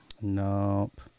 Nope